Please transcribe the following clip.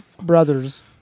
brother's